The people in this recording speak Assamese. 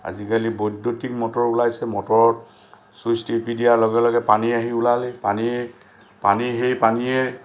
আজিকালি বৈদ্যুতিক মটৰ ওলাইছে মটৰত ছুইচ টিপি দিয়াৰ লগে লগে পানী আহি ওলালে পানীয়ে পানী সেই পানীয়ে